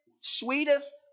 sweetest